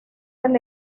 del